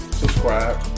subscribe